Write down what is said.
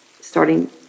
starting